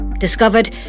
discovered